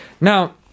Now